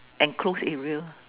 enclosed area